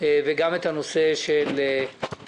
וגם את נושא הרזרבה,